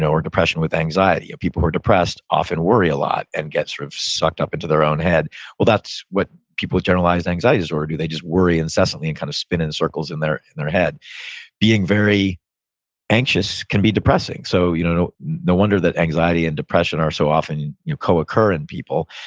or depression with anxiety, or people who are depressed often worry a lot and get sort of sucked up into their head? well, that's what people with generalized anxiety disorder do. they just worry incessantly and kind of spin in circles in their their head being very anxious can be depressing. so you know no wonder that anxiety and depression are so often co-occur in people.